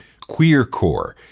queercore